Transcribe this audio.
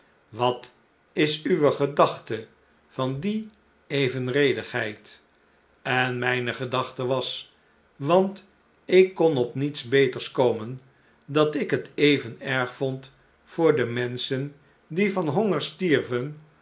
wat is uwe gedachte van die evenredigheid en mijne gedachte was want ik kon op niets b'eters komen dat ik het even erg vond voor de menschen die van honger stierven